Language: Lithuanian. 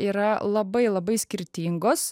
yra labai labai skirtingos